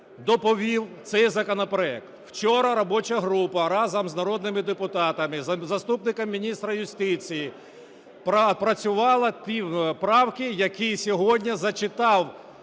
доповів цей законопроект. Вчора робоча група разом з народними депутатами, заступником міністра юстиції працювала ті правки, які сьогодні зачитав